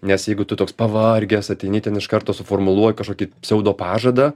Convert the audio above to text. nes jeigu tu toks pavargęs ateini ten iš karto suformuluoji kažkokį pseudo pažadą